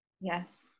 Yes